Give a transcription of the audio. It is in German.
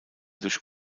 durch